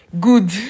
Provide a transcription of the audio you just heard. good